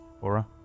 Aura